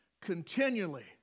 continually